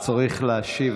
הוא צריך להשיב.